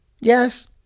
Yes